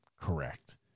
correct